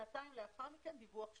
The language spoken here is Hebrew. שנתיים לאחר מכן דיווח שלישי.